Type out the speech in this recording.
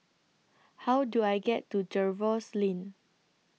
How Do I get to Jervois Lane